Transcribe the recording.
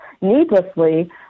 needlessly